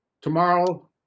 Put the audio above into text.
Tomorrow